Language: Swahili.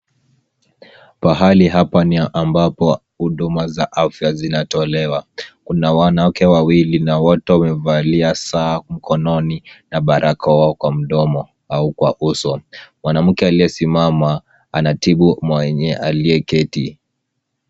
Pahali hapa ni ambapo huduma za afya zinatolewa. Kuna wanawake wawili na wote wamevalia saa mkononi na barakoa kwa au kwa uso. Mwanamke aliyesimama anatibu anayeketi.